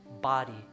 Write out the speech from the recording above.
body